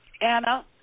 Anna